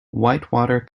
whitewater